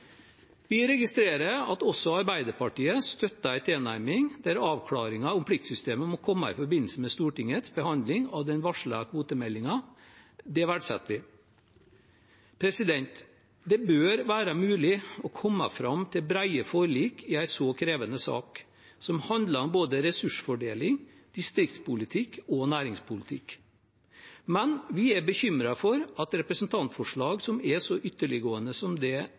Vi registrerer at også Arbeiderpartiet støtter en tilnærming der avklaringen om pliktsystemet må komme i forbindelse med Stortingets behandling av den varslede kvotemeldingen. Det verdsetter vi. Det bør være mulig å komme fram til brede forlik i en så krevende sak, som handler om både ressursfordeling, distriktspolitikk og næringspolitikk. Vi er bekymret for at representantforslag som er så ytterliggående som det